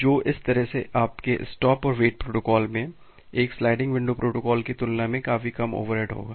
तो इस तरह से आपके स्टॉप और वेट प्रोटोकॉल में एक स्लाइडिंग विंडो प्रोटोकॉल की तुलना में काफी कम ओवरहेड होगा